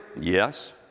yes